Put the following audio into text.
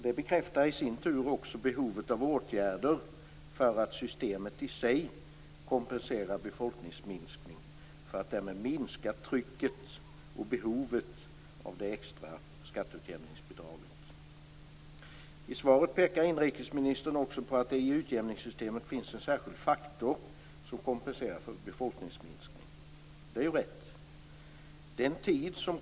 Det bekräftar i sin tur också behovet av åtgärder i systemet för att kompensera befolkningsminskningen, vilket skulle minska trycket på det extra skatteutjämningsbidraget. I svaret pekar inrikesministern också på att det i utjämningssystemet finns en särskild faktor som kompenserar för befolkningsminskning. Det är riktigt.